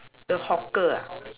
the hawker ah